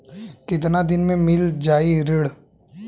कितना दिन में मील जाई ऋण?